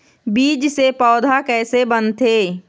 बीज से पौधा कैसे बनथे?